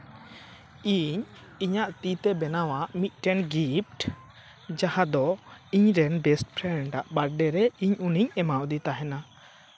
ᱤᱧ ᱤᱧᱟᱹᱜ ᱛᱤᱛᱮ ᱵᱮᱱᱟᱣᱟᱜ ᱢᱤᱫᱴᱮᱱ ᱜᱤᱯᱷᱴ ᱡᱟᱦᱟᱸ ᱫᱚ ᱤᱧ ᱨᱮᱱ ᱵᱮᱥᱴᱯᱷᱮᱨᱮᱱᱰ ᱟᱜ ᱵᱟᱨᱛᱷ ᱰᱮ ᱨᱮ ᱤᱧ ᱩᱱᱤᱧ ᱮᱢᱟᱣᱫᱮ ᱛᱟᱦᱮᱱᱟ